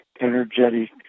energetic